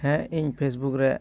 ᱦᱮᱸ ᱤᱧ ᱯᱷᱮᱥᱵᱩᱠ ᱨᱮ